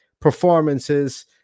performances